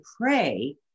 pray